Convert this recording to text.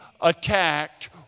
attacked